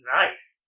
nice